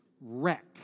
wreck